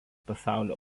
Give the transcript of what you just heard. pasaulio